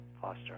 foster